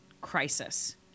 crisis